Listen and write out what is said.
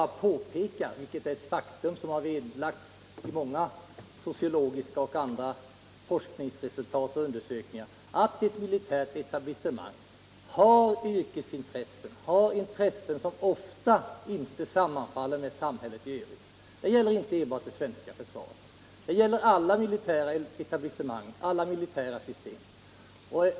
Jag pekade bara på det faktum som har klarlagts i många sociologiska forskningsarbeten och i andra undersökningar, nämligen att ett militärt etablissemang har yrkesintressen som ofta inte sammanfaller med de intressen man har i samhället i övrigt. Detta gäller inte enbart det svenska försvaret, det gäller alla militära etablissemang och alla militära system.